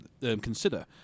consider